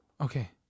okay